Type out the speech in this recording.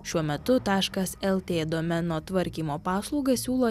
šiuo metu taškas lt domeno tvarkymo paslaugą siūlo